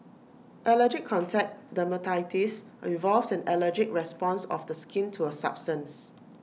allergic contact dermatitis involves an allergic response of the skin to A substance